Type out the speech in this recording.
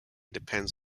depends